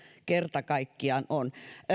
kerta kaikkiaan on olitte